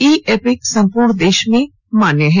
ई EPIC संपूर्ण देश में मान्य है